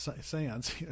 Seance